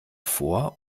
vor